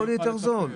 אבל הכל יהיה יותר זול.